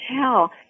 tell